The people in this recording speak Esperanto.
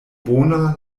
bona